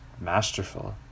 masterful